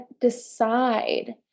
decide